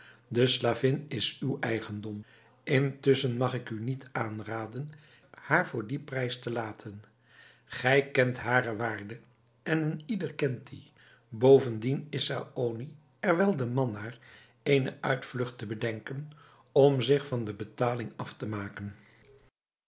de slavin is uw eigendom intusschen mag ik u niet aanraden haar voor dien prijs te laten gij kent hare waarde en een ieder kent die bovendien is saony er wel de man naar eene uitvlucht te bedenken om zich van de betaling af te maken